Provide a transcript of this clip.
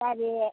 சரி